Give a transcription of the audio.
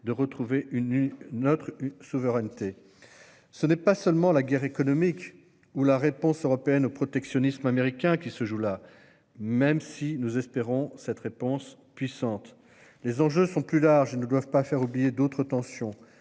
de retrouver notre souveraineté. Ce n'est pas seulement la guerre économique ou la réponse européenne au protectionnisme américain qui se joue là, même si nous espérons cette réponse puissante. Les enjeux sont plus larges et ne doivent pas faire oublier d'autres tensions.